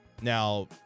Now